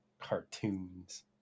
cartoons